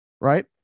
right